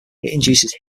induces